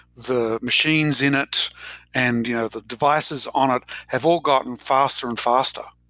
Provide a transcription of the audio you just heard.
the machines in it and you know the devices on it have all gotten faster and faster,